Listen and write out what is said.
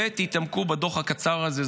ותתעמקו בדוח הקצר הזה,